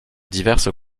diverses